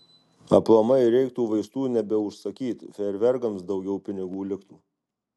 aplamai reiktų vaistų nebeužsakyt fejerverkams daugiau pinigų liktų